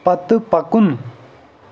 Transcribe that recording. پتہٕ پکُن